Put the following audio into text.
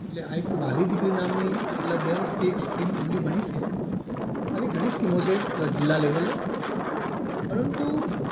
એટલે આ એક વ્હાલી દીકરી નામની છેલ્લા બે વર્ષથી એક સ્કીમ અમલી બની છે આવી ઘણી સ્કીમો છે જિલ્લા લૅવલે પરંતુ